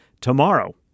tomorrow